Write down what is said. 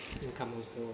income also